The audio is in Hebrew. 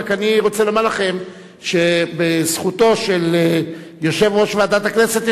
רק אני רוצה לומר לכם שזכותו של יושב-ראש ועדת הכנסת,